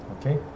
Okay